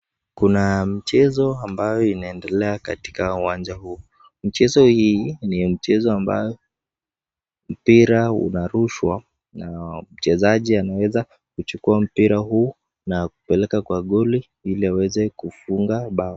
Kuna michezo ambayo ina endelea katika uwanja huu, mchezo hii ni mchezo ambayo mpira una rushwa na mchezaji anaweza kuchukua mpira huu na kupeleka kwa goli ili aweze kufunga bao.